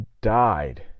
died